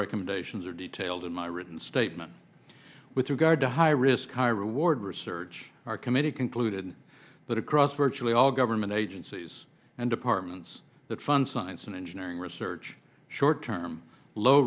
recommendations are detailed in my written statement with regard to high risk high reward research our committee concluded that across virtually all government agencies and departments that fund science and engineering research short term low